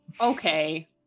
Okay